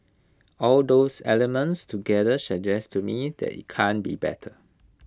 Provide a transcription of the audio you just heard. all those elements together suggest to me that IT can't be better